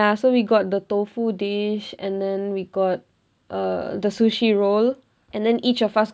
so we got the tofu dish and then we got err the sushi roll and then each of us